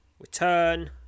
Return